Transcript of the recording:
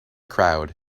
crowd